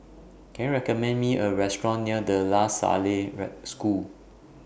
Can YOU recommend Me A Restaurant near De La Salle School